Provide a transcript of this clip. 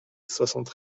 soixante